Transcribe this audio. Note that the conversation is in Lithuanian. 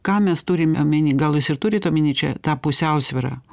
ką mes turim omeny gal jūs ir turit omeny čia tą pusiausvyrą